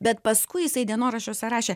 bet paskui jisai dienoraščiuose rašė